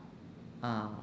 ah